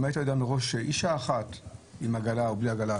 אם היית יודע מראש שאישה אחת עם עגלה או בלי עגלה,